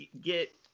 get